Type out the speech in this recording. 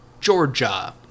Georgia